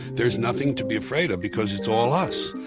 there's nothing to be afraid of because it's all us.